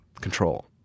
control